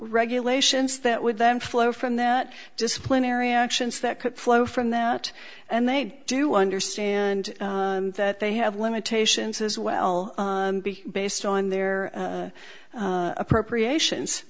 regulations that would then flow from that disciplinary actions that could flow from that and they do understand that they have limitations as well based on their appropriations